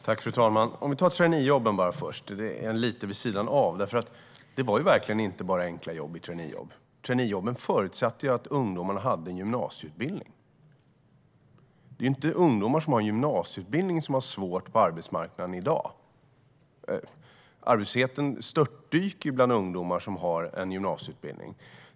Fru talman! Vi börjar med traineejobben. Det är lite vid sidan av. Traineejobben var verkligen inte bara enkla jobb utan förutsatte att ungdomarna hade gymnasieutbildning. Det är inte ungdomar som har gymnasieutbildning som har det svårt på arbetsmarknaden i dag. Arbetslösheten störtdyker bland ungdomar med gymnasieutbildning.